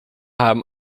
haben